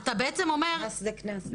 אתה בעצם אומר --- מס זה קנס.